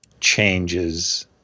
changes